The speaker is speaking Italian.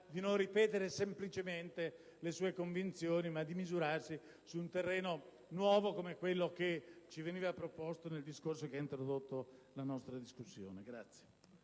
di non ripetere semplicemente le sue convinzioni, ma di misurarsi su un terreno nuovo come quello proposto nell'intervento che introdotto la nostra discussione.